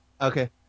Okay